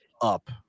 up